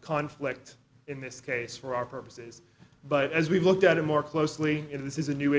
conflict in this case for our purposes but as we've looked at it more closely in this is a new